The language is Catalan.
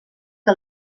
que